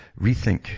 rethink